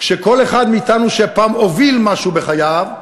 שכל אחד מאתנו שפעם הוביל משהו בחייו,